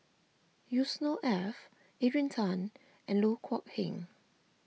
Yusnor Ef Adrian Tan and Loh Kok Heng